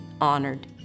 honored